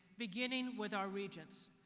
beginning with our regents.